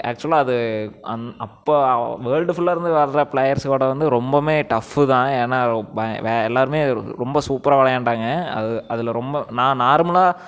ஆக்ச்சுலாக அது அப்போது வேல்டு ஃபுல்லாக இருந்து வர்ற ப்ளேயர்சோடய வந்து ரொம்பவுமே டஃப்பு தான் ஏன்னா எல்லாருமே ரொம்ப சூப்பராக விளையாண்டாங்க அது அதில் ரொம்ப நான் நார்மலாக